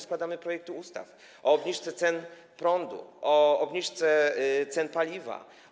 Składamy projekty ustaw: o obniżce cen prądu, o obniżce cen paliwa.